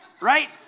Right